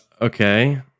Okay